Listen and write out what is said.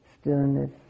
stillness